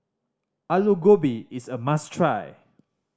Alu Gobi is a must try